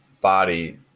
body